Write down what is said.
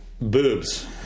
boobs